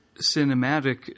cinematic